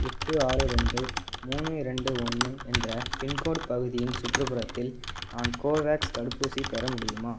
எட்டு ஆறு ரெண்டு மூணு ரெண்டு ஒன்று என்ற பின்கோடு பகுதியின் சுற்றுப்புறத்தில் நான் கோவேக்ஸ் தடுப்பூசி பெற முடியுமா